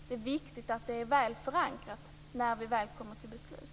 Det är viktigt att det är väl förankrat när vi väl kommer till beslut.